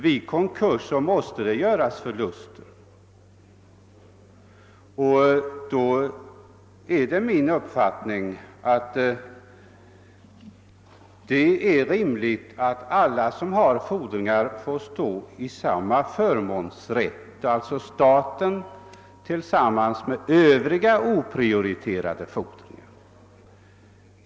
Vid konkurs måste det göras förluster, och då är det enligt min uppfattning rimligt att alla som har fordringar får samma förmånsrätt, så att statens fordringar alltså jämställs med andra, oprioriterade fordringar.